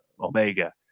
Omega